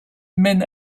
mène